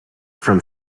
from